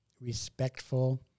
respectful